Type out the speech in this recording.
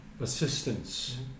assistance